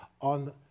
on